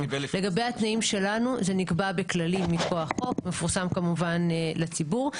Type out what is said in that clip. לגבי התנאים שלנו זה נקבע בכללים מפה החוק מפורסם כמובן לציבור.